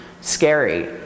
scary